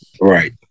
Right